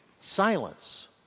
silence